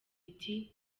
iti